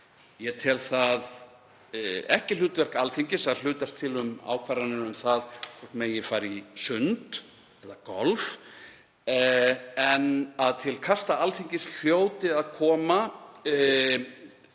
Ég tel það ekki hlutverk Alþingis að hlutast til um ákvarðanir um það hvort megi fara í sund eða golf en að til kasta Alþingis hljóti að koma